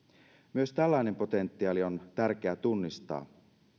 myös tällainen potentiaali on tärkeää tunnistaa